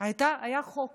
היה חוק